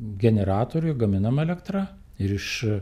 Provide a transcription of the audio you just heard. generatoriui gaminamą elektra ir iš